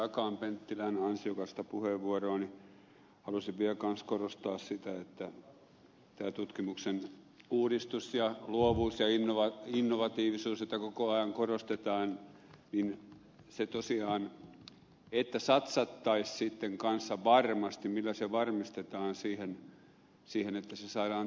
akaan penttilän ansiokasta puheenvuoroa niin halusin vielä kanssa korostaa sitä että tämä tutkimuksen uudistus ja luovuus ja innovatiivisuus joita koko ajan korostetaan edellyttävät tosiaan että satsattaisiin sitten kanssa siihen millä varmistetaan että se saadaan toimimaan